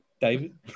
David